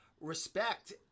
respect